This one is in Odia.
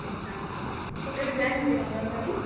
ଆଚ୍ଛା ତୁ କେବେ ଯାଇନୁ କି ନନ୍ଦନକାନନ